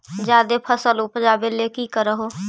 जादे फसल उपजाबे ले की कर हो?